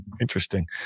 Interesting